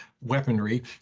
weaponry